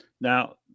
now